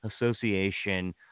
Association